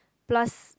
plus